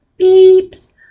Beeps